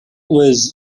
was